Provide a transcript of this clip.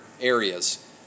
areas